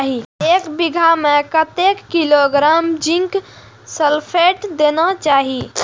एक बिघा में कतेक किलोग्राम जिंक सल्फेट देना चाही?